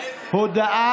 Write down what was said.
הכנסת.